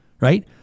right